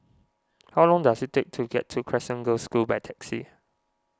how long does it take to get to Crescent Girls' School by taxi